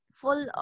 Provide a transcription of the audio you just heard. full